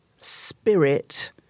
spirit